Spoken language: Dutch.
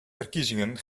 verkiezingen